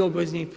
obveznik